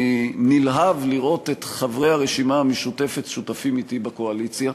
נלהב לראות את חברי הרשימה המשותפת שותפים אתי בקואליציה,